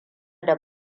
da